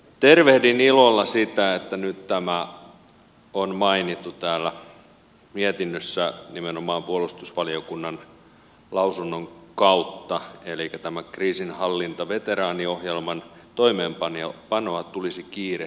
tervehdin ilolla sitä että nyt on mainittu täällä mietinnössä nimenomaan puolustusvaliokunnan lausunnon kautta että kriisinhallintaveteraaniohjelman toimeenpanoa tulisi kiirehtiä